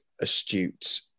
astute